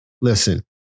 listen